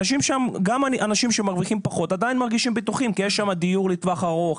אנשים שמרוויחים פחות עדיין מרגישים בטוחים כי יש שם דיור לטווח ארוך,